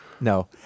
No